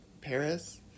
Paris